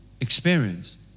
experience